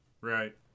Right